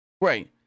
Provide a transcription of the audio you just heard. Right